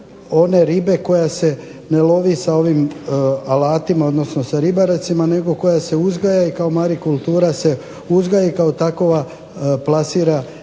one ribe koja se ne lovi sa ovim alatima, odnosno sa ribaricama nego koja se uzgaja i kao marikultura se uzgaja i kao takova plasira